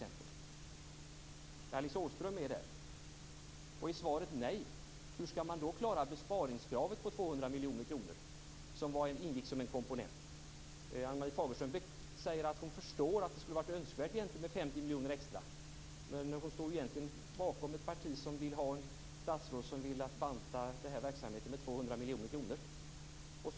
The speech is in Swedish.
Är Alice Åström med där? Är svaret nej, hur skall man då klara besparingskravet på 200 miljoner kronor, som ingick som en komponent? Ann-Marie Fagerström säger att hon förstår att det skulle ha varit önskvärt med 50 miljoner extra, men hon står egentligen bakom ett statsråd som vill banta verksamheten med 200 miljoner kronor.